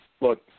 Look